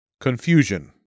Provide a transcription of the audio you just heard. Confusion